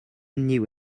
knew